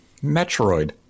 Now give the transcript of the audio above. metroid